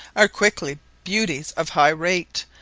are quickly beauties of high-rate,